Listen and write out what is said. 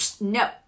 no